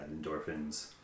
endorphins